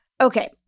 Okay